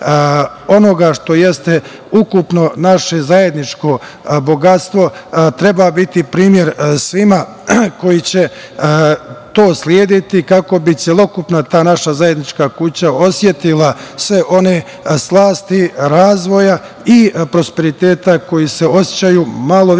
onoga što jeste ukupno naše zajedničko bogatstvo, treba biti primer svima koji će to slediti kako bi celokupna ta naša zajednička kuća osetila sve one slasti razvoja i prosperiteta koji se osećaju malo